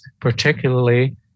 particularly